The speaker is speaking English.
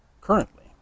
currently